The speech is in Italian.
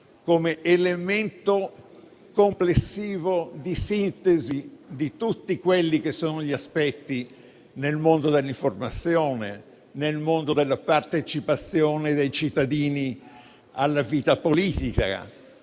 come elemento complessivo di sintesi di tutti gli aspetti del mondo dell'informazione, del mondo della partecipazione dei cittadini alla vita politica.